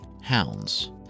Hounds